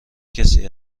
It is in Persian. کسی